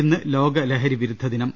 ഇന്ന് ലോക ലഹരിവിരുദ്ധദിനം